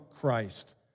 Christ